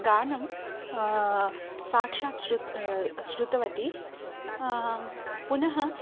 गानं साक्षात् श्रुत श्रुतवती पुनः